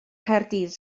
nghaerdydd